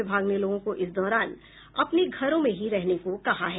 विभाग ने लोगों को इस दौरान अपने घरों में ही रहने को कहा है